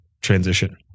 transition